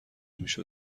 میشد